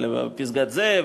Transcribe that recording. על פסגת-זאב,